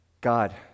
God